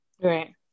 right